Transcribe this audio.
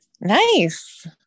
Nice